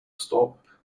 stop